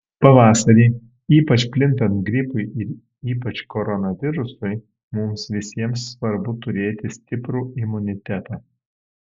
pavasarį ypač plintant gripui ir ypač koronavirusui mums visiems svarbu turėti stiprų imunitetą